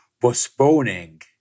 postponing